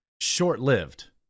short-lived